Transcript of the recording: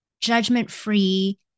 judgment-free